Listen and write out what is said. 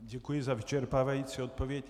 Děkuji za vyčerpávající odpověď.